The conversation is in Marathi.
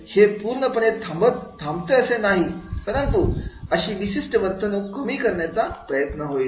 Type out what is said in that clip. हे पूर्णपणे थांबते असं नाही परंतु अशी विशिष्ट वर्तणूक कमी करण्याचा प्रयत्न होईल